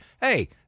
hey